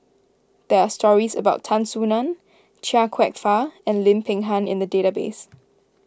there are stories about Tan Soo Nan Chia Kwek Fah and Lim Peng Han in the database